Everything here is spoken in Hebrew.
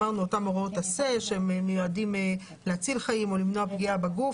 אמרנו אותן הוראות עשה שמיועדות להציל חיים או למנוע פגיעה בגוף.